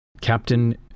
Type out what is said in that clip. Captain